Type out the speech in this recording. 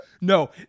No